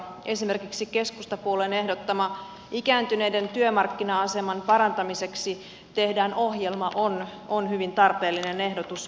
esimerkiksi keskustapuolueen ehdottama ikääntyneiden työmarkkina aseman parantamiseksi tehdään ohjelma on hyvin tarpeellinen ehdotus